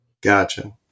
Gotcha